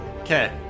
Okay